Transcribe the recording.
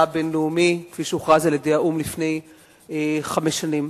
הבין-לאומי כפי שהוכרז על-ידי האו"ם לפני חמש שנים.